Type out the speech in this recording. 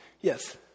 Yes